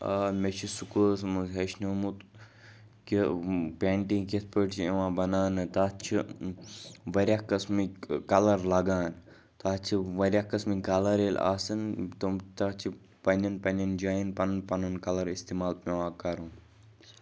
مےٚ چھِ سکوٗلَس منٛز ہیٚچھنوومُت کہِ پینٛٹِنٛگ کِتھ پٲٹھۍ چھِ یِوان بَناونہٕ تَتھ چھِ واریاہ قٕسمٕکۍ کَلَر لگان تَتھ چھِ واریاہ قٕسمٕکۍ کَلَر ییٚلہِ آسان تِم تَتھ چھِ پنٛنٮ۪ن پنٛنٮ۪ن جایَن پَنُن پَنُن کَلَر استعمال پیٚوان کرُن